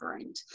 end